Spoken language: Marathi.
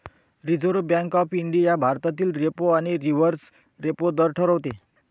रिझर्व्ह बँक ऑफ इंडिया भारतातील रेपो आणि रिव्हर्स रेपो दर ठरवते